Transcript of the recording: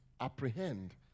Apprehend